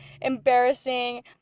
embarrassing